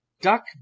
Duck